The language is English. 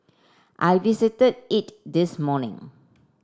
I visited it this morning